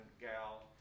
gal